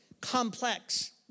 complex